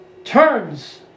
turns